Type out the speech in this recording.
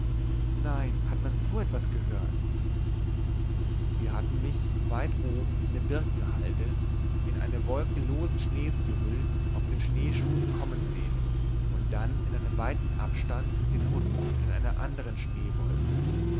nein hat man so etwas gehört sie hatten mich weit oben in der birkenhalde in eine wolke losen schnees gehüllt auf den schneeschuhen kommen sehen und dann in weitem abstand den hund in einer andern schneewolke